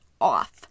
off